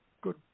good